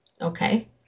Okay